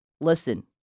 listen